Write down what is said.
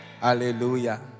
Hallelujah